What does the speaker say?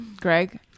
Greg